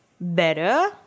better